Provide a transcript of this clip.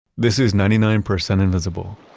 this is ninety nine percent invisible.